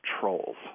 Trolls